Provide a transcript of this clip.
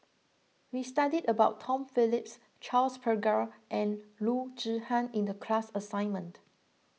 we studied about Tom Phillips Charles Paglar and Loo Zihan in the class assignment